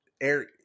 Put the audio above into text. air